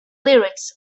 lyrics